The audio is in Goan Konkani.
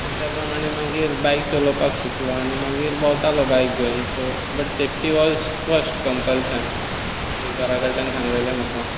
आनी त्या प्रमाणे मागीर बायक चलोवपाक शिकलो आनी मागीर भोंवतालो बायक घेवन so but safety was first compulsion तें घरा कडल्यान सांगलेलें म्हाका